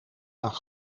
aan